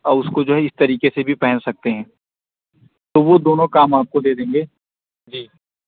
اور اس کو جو ہے اس طریقے سے بھی پہن سکتے ہیں تو وہ دونوں کام آپ کو دے دیں گے جی